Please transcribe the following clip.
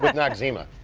but noxema.